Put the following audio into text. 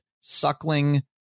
Suckling